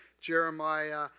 Jeremiah